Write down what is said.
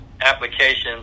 applications